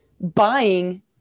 buying